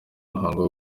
muhango